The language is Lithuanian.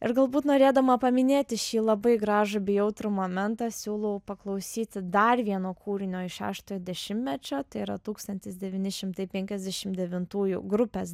ir galbūt norėdama paminėti šį labai gražų bei jautrų momentą siūlau paklausyti dar vieno kūrinio iš šeštojo dešimtmečio tai yra tūkstantis devyni šimtai penkiasdešim devintųjų grupės